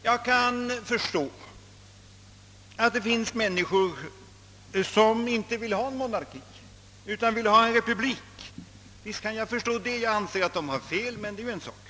Jag kan förstå att det finns människor, som inte vill ha monarki, utan vill ha republik. Jag håller inte med dem, men det är en annan sak.